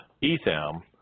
Etham